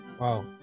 wow